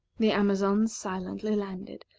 the amazons silently landed,